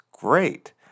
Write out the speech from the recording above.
great